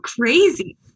crazy